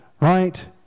right